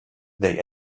they